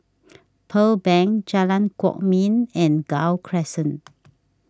Pearl Bank Jalan Kwok Min and Gul Crescent